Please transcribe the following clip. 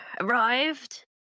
arrived